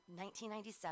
1997